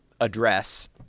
address